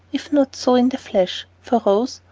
if not so in the flesh, for rose,